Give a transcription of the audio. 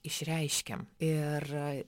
išreiškiam ir